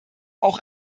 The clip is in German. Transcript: auch